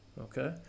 okay